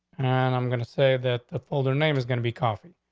and i'm gonna say that the older name is gonna be coughing.